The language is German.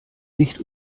nicht